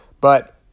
But